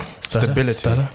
stability